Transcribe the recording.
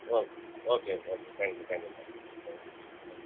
okay okay okay thank you தேங்க் யூம்மா thank you okay